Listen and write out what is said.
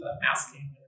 masking